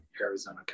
Arizona